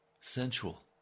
sensual